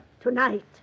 Tonight